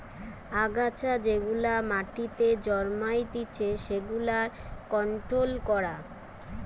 আগাছা যেগুলা মাটিতে জন্মাতিচে সেগুলার কন্ট্রোল করা